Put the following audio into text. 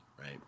Right